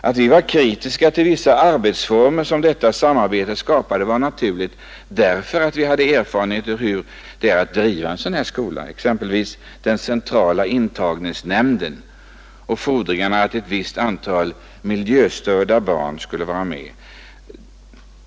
Att vi var kritiska till vissa arbetsformer som detta samarbete skapade var naturligt därför att vi hade erfarenheter av hur det är att driva en sådan skola. Det gällde exempelvis den centrala intagningsnämnden och kravet att ett visst antal miljöstörda barn skulle vara med.